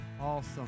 Awesome